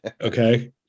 okay